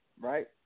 right